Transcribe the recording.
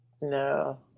no